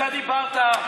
אתה דיברת,